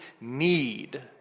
need